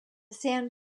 san